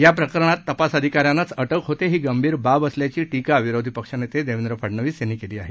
या प्रकरणात तपास अधिकाऱ्यांनाच अटक होते ही गंभीर बाब असल्याची टीका विरोधी पक्षनेते देवेंद्र फडणवीस यांनी केली आहे